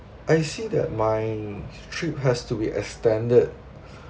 I see that my trip has to be extended